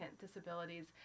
disabilities